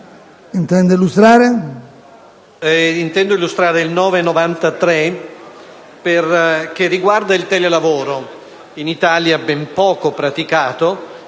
intendo illustrare l'emendamento 9.93, che riguarda il telelavoro, in Italia ben poco praticato.